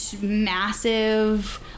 massive